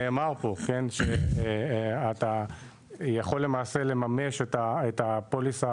נאמר פה שאתה יכול למעשה לממש את הפוליסה